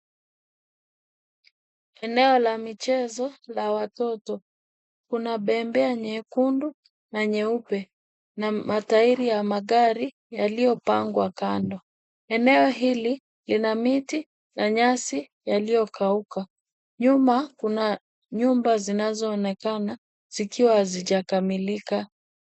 Eneo la michezo la watoto. Kuna bembea nyekundu na nyeupe na matairi ya magari yaliyopangwa kando. Eneo hili lina miti na nyasi yaliyokauka. Nyuma kuna nyumba zinazoonekana zikiwa hazijakamilika.